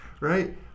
right